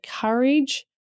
courage